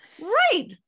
right